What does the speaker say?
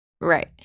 Right